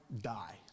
die